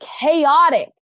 chaotic